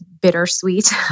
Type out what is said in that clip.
bittersweet